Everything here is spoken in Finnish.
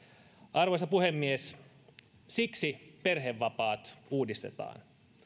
arvoisa puhemies siksi perhevapaat uudistetaan